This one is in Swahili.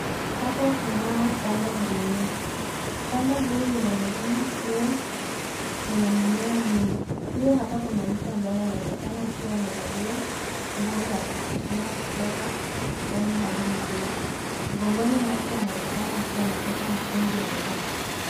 Hapa kunayo shamba ya mimea, shamba hili linaonekana kuwa lina mimea mingi, pia hapa kuna mtu ambaye anaonekana akiwa amevalia nguo za kujikinga kutoka kichwani hadi miguuni mgongoni mwake anaonekana akiwa amebeba mtungi yenye dawa.